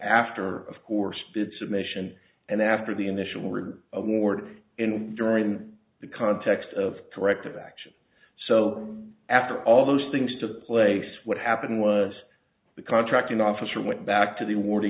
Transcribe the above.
after of course did submission and after the initial reader award during the context of corrective action so after all those things took place what happened was the contracting officer went back to the war